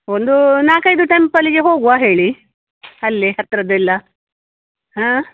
ಒಂದೂ ನಾಲ್ಕೈದು ಟೆಂಪಲಿಗೆ ಹೋಗುವ ಹೇಳಿ ಅಲ್ಲೆ ಹತ್ತಿರದೆಲ್ಲ ಹಾಂ